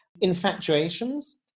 Infatuations